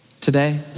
today